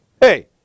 hey